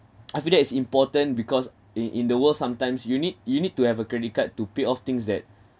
I feel that it's important because in in the world sometimes you need you need to have a credit card to pay off things that